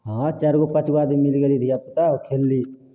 हँ चार गो पॉँच गो आदमी मिल गेली धियापुता आओर खेलली